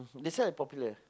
beside the Popular